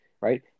right